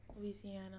Louisiana